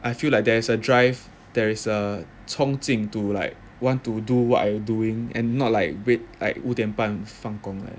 I feel like there's a drive there is a 冲劲 to like want to do what you're doing and not like wait like 五点半放工 like that